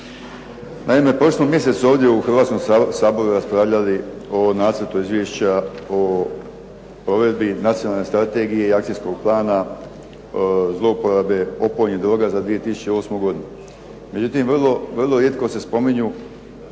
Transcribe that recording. Naime, prošli mjesec smo ovdje u Hrvatskom saboru raspravljali o nacrtu izvješća o provedbi nacionalne strategije i akcijskog plana zlouporabe opojnih droga za 2008. godinu. Međutim vrlo rijetko se spominju